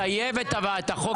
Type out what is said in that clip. אנחנו נטייב את החוק בוועדה.